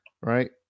right